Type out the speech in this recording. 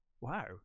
Wow